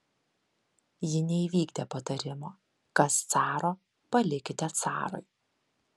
ji neįvykdė patarimo kas caro palikite carui